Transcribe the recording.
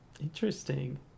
Interesting